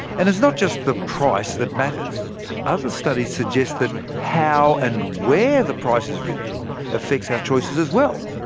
and it's not just the price that matters other studies suggest that how and where the price is written affects our choice as as well!